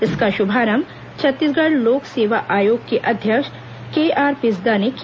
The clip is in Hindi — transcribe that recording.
इसका शुभारंभ छत्तीसगढ़ लोक सेवा आयोग के अध्यक्ष के आर पिस्दा ने किया